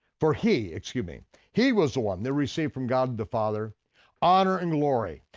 for he, excuse me, he was the one that received from god the father honor and glory.